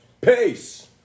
Peace